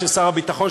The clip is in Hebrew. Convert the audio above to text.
של שר הביטחון,